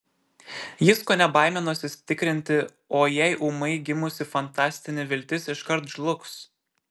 jis kone baiminosi tikrinti o jei ūmai gimusi fantastinė viltis iškart žlugs